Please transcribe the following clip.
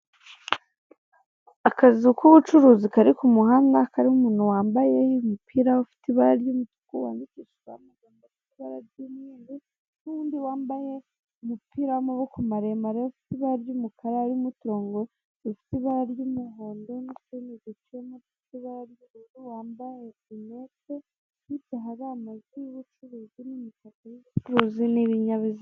Akazu k'ubucuruzi kari ku muhanda karimo umuntu wambaye umupira ufite ibara ry'umutuku wandikishijeho amagambo afite ibara ry'umweru n'undi wambaye umupira w'amaboko maremare ufite ibara ry'umukara urimo uturonko dufite ibara ry'umuhondo n'utundi duciyemo dufite ibara ry'ubururu wambaye rinete hirya hari amazu y'ubucuruzi n'imitaka y'ubucuruzi n'ibinyabiziga.